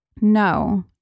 No